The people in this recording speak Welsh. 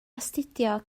astudio